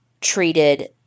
treated